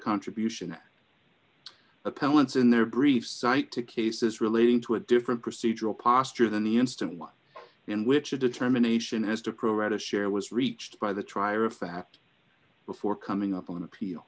contribution appellants in their brief cite to cases relating to a different procedural posture than the instant one in which a determination has to pro rata share was reached by the trier of fact before coming up on appeal